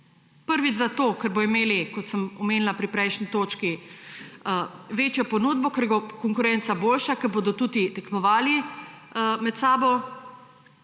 Prvič zato, ker bodo imeli, kot sem omenila pri prejšnji točki, večjo ponudbo, ker bo konkurenca boljša, ker bodo tudi ponudniki tekmovali med seboj.